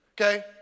okay